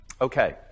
Okay